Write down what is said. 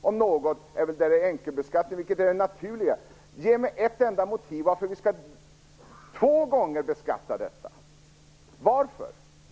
om något är väl det som är enkelbeskattat, vilket är det naturliga. Ge mig ett enda motiv till varför vi skall beskatta detta två gånger!